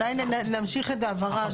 אולי נמשיך בהבהרה.